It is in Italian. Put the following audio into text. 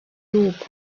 lupo